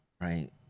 right